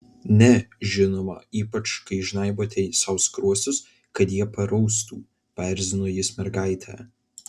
ne žinoma ypač kai žnaibote sau skruostus kad jie paraustų paerzino jis mergaitę